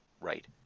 Right